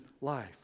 life